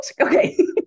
Okay